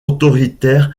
autoritaire